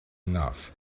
enough